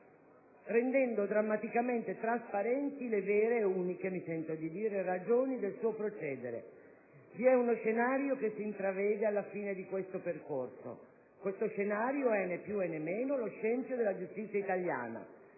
rendendo drammaticamente trasparenti le vere e uniche ragioni del suo procedere. Vi è uno scenario che si intravede alla fine di questo percorso. Questo scenario è né più né meno che lo scempio della giustizia italiana.